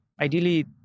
ideally